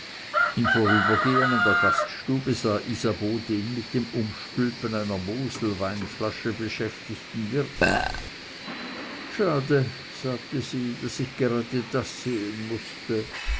im vorübergehen an der gaststube sah isabeau den mit dem umstülpen einer moselweinflasche beschäftigten wirt schade sagte sie daß ich grade das sehen mußte